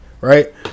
right